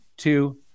Two